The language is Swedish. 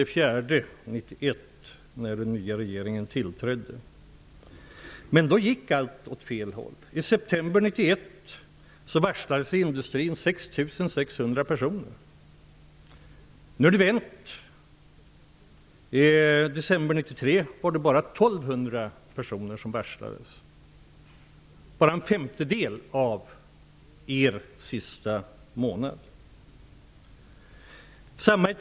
Ni börjar er tideräkning den 4 Då gick allt åt fel håll. I september 1991 varslades 6 600 personer i industrin. Nu har det vänt. I december 1993 var det bara 1 200 personer som varslades. Det är bara en femtedel av det antal som varslades under er sista månad i regeringsställning.